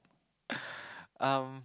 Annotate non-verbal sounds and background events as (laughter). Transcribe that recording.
(breath) um